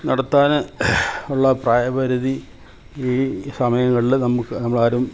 നടത്താൻ ഉള്ള പ്രായ പരിധി ഈ സമയങ്ങളിൽ നമുക്ക് നമ്മൾ ആരും